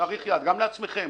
גם לעצמכם,